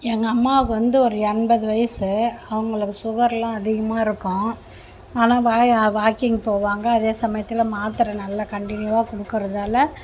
எங்கள் அம்மாவுக்கு வந்து ஒரு எண்பது வயசு அவங்களுக்கு சுகர்லாம் அதிகமாக இருக்கும் ஆனால் வாக்கிங் போவாங்க அதேசமயத்தில் மாத்திர நல்ல கன்டிநியூவாக கொடுக்கறதால